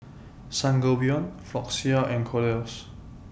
Sangobion Floxia and Kordel's